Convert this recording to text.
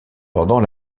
pendant